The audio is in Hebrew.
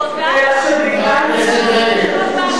אלא שבגלל שיתוק וחולשה,